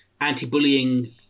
anti-bullying